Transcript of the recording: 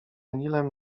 nilem